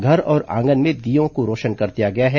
घर और आंगन में दीयों को रौशन कर दिया गया है